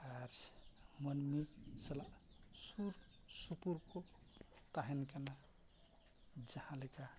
ᱟᱨ ᱥᱮ ᱢᱟᱱᱢᱤ ᱥᱟᱞᱟᱜ ᱥᱩᱨ ᱥᱩᱯᱩᱨ ᱠᱚ ᱛᱟᱦᱮᱱ ᱠᱟᱱᱟ ᱡᱟᱦᱟᱸ ᱞᱮᱠᱟ